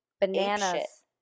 bananas